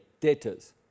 debtors